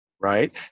right